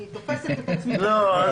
אני תופסת את עצמי --- לא.